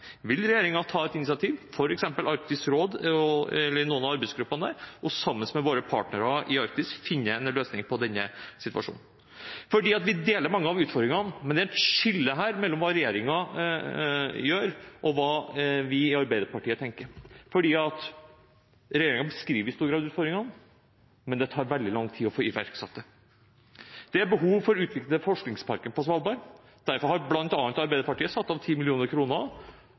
Vil regjeringen ta et initiativ, f.eks. i Arktisk råd eller noen av arbeidsgruppene der, og sammen med våre partnere i Arktis finne en løsning på denne situasjonen? Vi deler mange av utfordringene, men det er et skille her mellom hva regjeringen gjør, og hva vi i Arbeiderpartiet tenker. Regjeringen beskriver i stor grad utfordringene, men det tar veldig lang tid å få iverksatt løsninger. Det er behov for å utvikle forskningsparken på Svalbard, derfor har bl.a. Arbeiderpartiet satt av